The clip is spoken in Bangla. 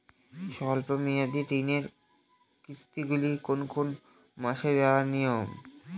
স্বল্প মেয়াদি ঋণের কিস্তি গুলি কোন কোন মাসে দেওয়া নিয়ম?